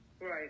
Right